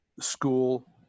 school